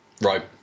right